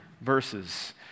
verses